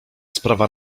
sprawa